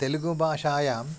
तेलुगुभाषायाम्